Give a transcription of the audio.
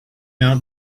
out